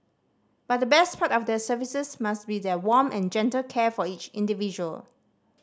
but the best part of their services must be their warm and gentle care for each individual